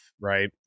right